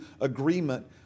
agreement